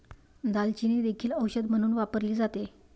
दालचिनी देखील औषध म्हणून वापरली जाते